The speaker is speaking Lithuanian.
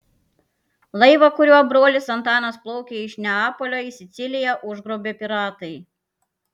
laivą kuriuo brolis antanas plaukė iš neapolio į siciliją užgrobė piratai